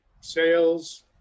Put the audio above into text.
sales